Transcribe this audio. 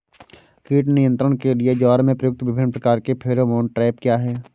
कीट नियंत्रण के लिए ज्वार में प्रयुक्त विभिन्न प्रकार के फेरोमोन ट्रैप क्या है?